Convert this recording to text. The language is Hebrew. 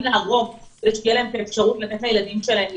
להרוג כדי שתהיה להם אפשרות לתת לילדים שלהם ללמוד.